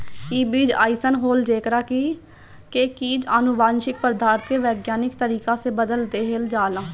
इ बीज अइसन होला जेकरा के की अनुवांशिक पदार्थ के वैज्ञानिक तरीका से बदल देहल जाला